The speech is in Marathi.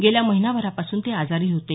गेल्या महिनाभरापासून ते आजारी होते